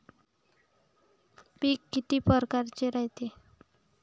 पिकं किती परकारचे रायते?